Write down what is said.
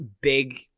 big